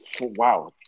Wow